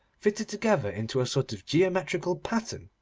fitted together into a sort of geometrical pattern.